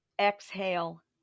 exhale